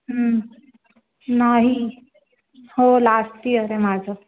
नाही हो last year आहे माझं